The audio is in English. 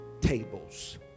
tables